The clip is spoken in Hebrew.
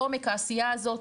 עומק העשייה הזאת,